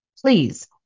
please